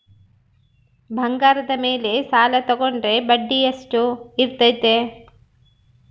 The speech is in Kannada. ಬಂಗಾರದ ಮೇಲೆ ಸಾಲ ತೋಗೊಂಡ್ರೆ ಬಡ್ಡಿ ಎಷ್ಟು ಇರ್ತೈತೆ?